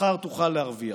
מחר תוכל להרוויח.